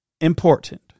important